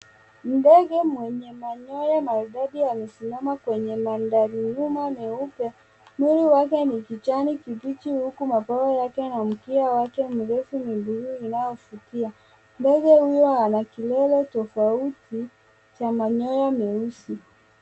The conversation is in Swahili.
Ndege mwenye manyoya maridadi amesimama kwenye mandhari nyuma nyeupe . Mwili wake ni kijani kibichi huku mabwawa yake na mkia wake mrefu ni bluu inayovutia. Ndege huyo ana kilele tofauti cha manyoya meusi.